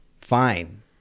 fine